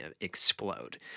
explode